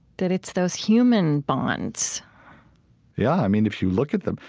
that it's those human bonds yeah. i mean, if you look at them.